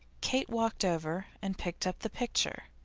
kate walked over and picked up the picture,